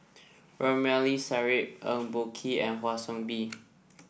Ramli Sarip Eng Boh Kee and Kwa Soon Bee